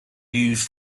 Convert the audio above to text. used